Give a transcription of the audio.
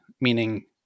meaning